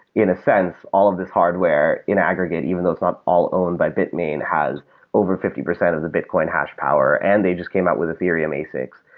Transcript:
in a sense, all of these hardware in aggregate, even though it's not all owned by bitmain, has over fifty percent of the bitcoin hash power and they just came out with ethereum asics.